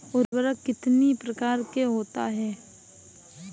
उर्वरक कितनी प्रकार के होता हैं?